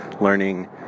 learning